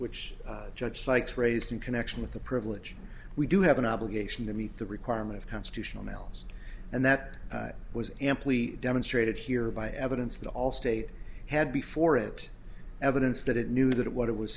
which judge sykes raised in connection with the privilege we do have an obligation to meet the requirement of constitutional mails and that was amply demonstrated here by evidence that all state had before it evidence that it knew that what it was